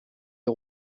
les